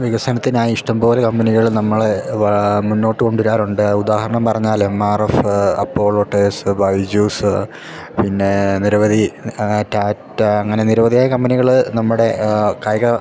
വികസനത്തിനായി ഇഷ്ടംപോലെ കമ്പനികള് നമ്മളെ മുന്നോട്ടു കൊണ്ടുവരാറുണ്ട് ഉദാഹരണം പറഞ്ഞാൽ M R F Apollo Tyres Byju's പിന്നെ നിരവധി ടാറ്റാ അങ്ങനെ നിരവധിയായ കമ്പനികള് നമ്മുടെ കായിക